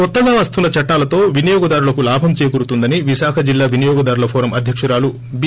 కొత్తగా వస్తున్న చట్టాలతో వినియోగదారులకు లాభం చేకూరుతుందని విశాఖజిల్లా వినియోగదారుల ఫోరం అధ్యకురాలు బి